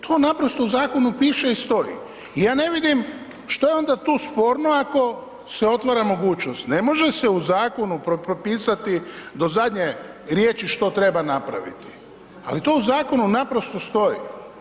To naprosto u zakonu piše i stoji i ja ne vidim što je onda tu sporno ako se otvara mogućnost, ne može se u zakonu propisati do zadnje riječi što treba napraviti, ali to u zakonu naprosto stoji.